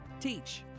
Teach